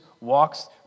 walks